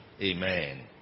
Amen